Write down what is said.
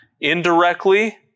indirectly